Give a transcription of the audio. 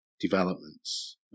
developments